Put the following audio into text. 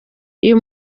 uyu